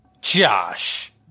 Josh